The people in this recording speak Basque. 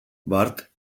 bart